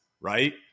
Right